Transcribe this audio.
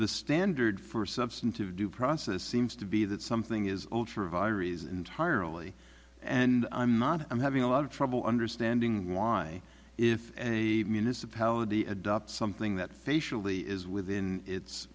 the standard for substantive due process seems to be that something is old for viruses entirely and i'm not i'm having a lot of trouble understanding why if a municipality adopts something that facially is within its